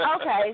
Okay